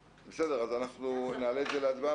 אנחנו נעלה את זה להצבעה.